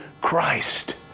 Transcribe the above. Christ